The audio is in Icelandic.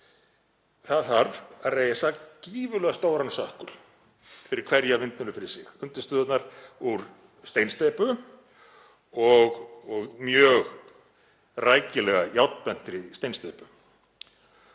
Það þarf að reisa gífurlega stóran sökkul fyrir hverja vindmyllu fyrir sig, undirstöðurnar úr steinsteypu og mjög rækilega járnbentri steinsteypu.